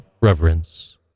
reverence